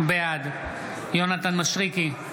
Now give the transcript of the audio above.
בעד יונתן מישרקי,